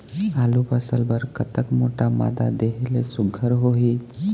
आलू फसल बर कतक मोटा मादा देहे ले सुघ्घर होही?